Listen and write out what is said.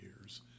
years